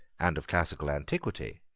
and of classical antiquity,